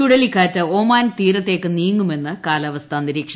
ചുഴലിക്കാറ്റ് ഒമാൻ തീരത്തേക്ക് നീങ്ങുമെന്ന് കാലാവസ്ഥാ നിരീക്ഷണ കേന്ദ്രം